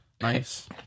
Nice